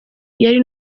yari